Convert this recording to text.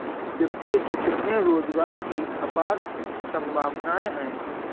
वित्तीय क्षेत्र में रोजगार की अपार संभावनाएं हैं